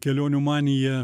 kelionių manija